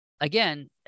Again